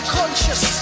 conscious